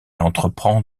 entreprend